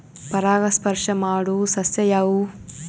ಪರಾಗಸ್ಪರ್ಶ ಮಾಡಾವು ಸಸ್ಯ ಯಾವ್ಯಾವು?